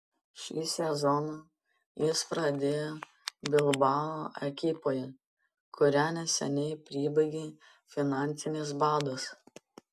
šį sezoną jis pradėjo bilbao ekipoje kurią neseniai pribaigė finansinis badas